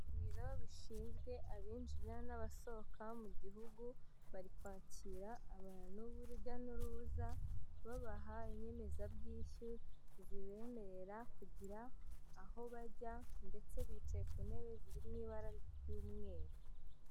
Ibiro bishinzwe abinjira n'abasohoka mu gihugu bari kwakira abantu b'urujya n'uruza babaha inyemezabwishyu zibemerera kugira aho bajya ndetse bicaye ku ntebe ziri mu ibara ry'umweru.